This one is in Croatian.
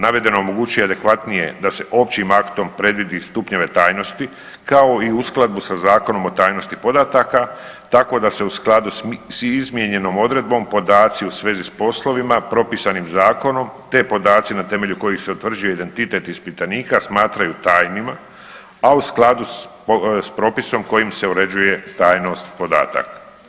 Navedeno omogućuje adekvatnije da se općim aktom predvidi stupnjeve tajnosti kao i uskladbu sa Zakonom o tajnosti podataka tako da se u skladu s izmijenjenom odredbom podaci u svezi s poslovima propisanim zakonom te podaci na temelju kojih se utvrđuje identitet ispitanika smatraju tajnima, a u skladu s propisom kojim se uređuje tajnost podataka.